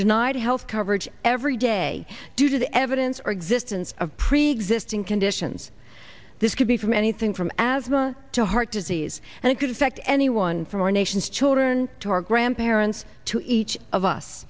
denied health coverage every day due to the evidence or existence of preexisting conditions this could be from anything from asthma to heart disease and it could affect anyone from our nation's children to our grandparents to each of us